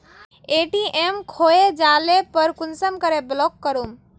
ATM खोये जाले पर कुंसम करे ब्लॉक करूम?